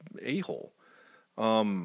a-hole